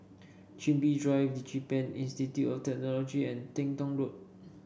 Chin Bee Drive DigiPen Institute of Technology and Teng Tong Road